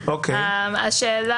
השאלה